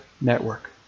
network